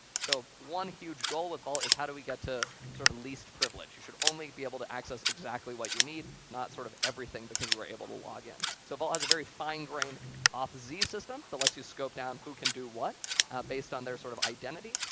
so one huge goal with vault is, how do we get to sort of least privilege? you should only be able to access exactly what you need, not sort of everything because you were able to log in. so vault has a very fine grain authz system that lets you scope down who can do what based on their sort of identity.